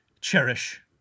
cherish